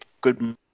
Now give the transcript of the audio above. good